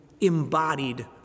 embodied